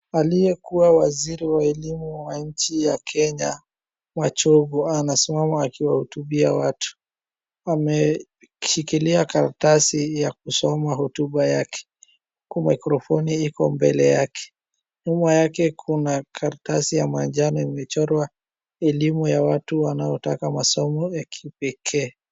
Aliyekuwa waziri wa elimu ya nchi ya Kenya Machogu anasimama akiwahotubia watu. Ameshikilia karatasi ya kusoma hotuba yake huku mikrofoni iko mbele yake, nyuma yake kuna karatasi ya manjano imechorwa elimu ya watu wanaotaka masomo ya kipekee.